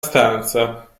stanza